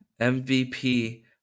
MVP